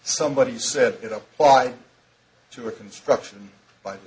somebody said it applied to reconstruction b